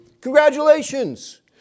congratulations